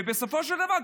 ובסופו של דבר,